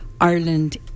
ireland